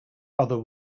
other